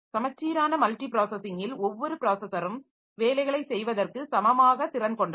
சமச்சீரான மல்டி ப்ராஸஸிங்கில் ஒவ்வொரு ப்ராஸஸரும் வேலைகளைச் செய்வதற்கு சமமாக திறன் கொண்டவை